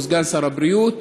או סגן שר הבריאות.